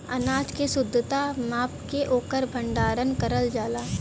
अनाज के शुद्धता माप के ओकर भण्डारन करल जाला